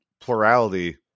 plurality